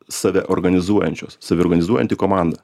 save organizuojančios saviorganizuojanti komanda